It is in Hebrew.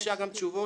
וביקשה גם תשובות.